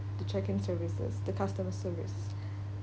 the check in services the customer service